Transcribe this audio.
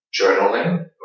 journaling